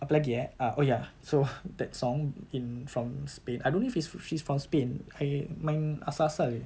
apa lagi eh ah oh ya so that song in from spain I don't know if he she's from spain I main asal asal jer